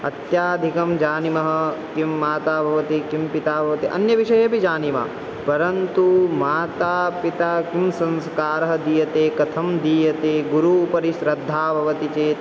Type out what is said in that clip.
अत्यधिकं जानीमः किं माता भवति किं पिता भवति अन्यविषयेपि जानीमः परन्तु माता पिता किं संस्कारः दीयते कथं दीयते गुरोः उपरि श्रद्धा भवति चेत्